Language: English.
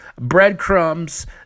breadcrumbs